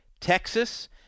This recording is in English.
Texas